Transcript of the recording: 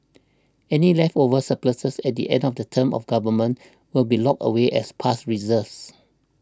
any leftover surpluses at the end of the term of government will be locked away as past reserves